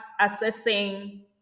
assessing